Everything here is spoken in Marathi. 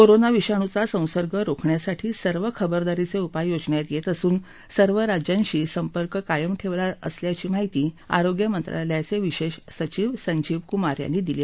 कोरोना विषाणूवा संसर्ग रोखण्यासाठी सर्व खबरदारीचे उपाय योजण्यात येत असून सर्व राज्यांशी संपर्क कायम ठेवला असल्याची माहिती आरोग्य मंत्रालयाचे विशेष सचिव संजीव कुमार यांनी दिली